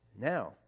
Now